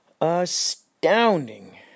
astounding